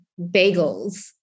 bagels